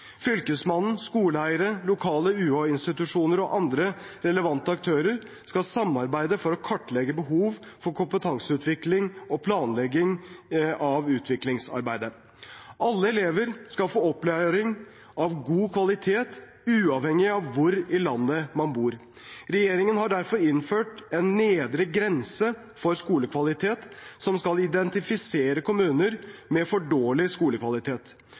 Fylkesmannen, skoleeiere, lokale UH-institusjoner og andre relevante aktører skal samarbeide for å kartlegge behov for kompetanseutvikling og planlegging av utviklingsarbeidet. Alle elever skal få opplæring av god kvalitet uavhengig av hvor i landet man bor. Regjeringen har derfor innført en nedre grense for skolekvalitet som skal identifisere kommuner med for dårlig skolekvalitet.